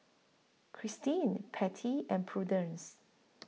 Christene Patty and Prudence